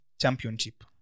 championship